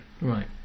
Right